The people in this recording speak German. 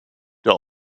der